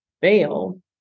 fail